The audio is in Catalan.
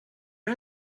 per